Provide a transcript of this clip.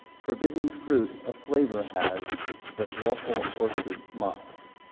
forbidden fruit of flavor has that lawful orchards mocks.